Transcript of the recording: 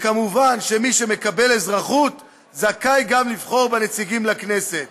ומובן שמי שמקבל אזרחות זכאי גם לבחור בנציגים לכנסת,